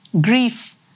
Grief